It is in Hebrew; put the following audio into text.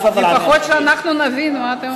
תפאדל, לפחות שאנחנו נבין מה אתם אומרים.